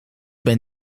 ben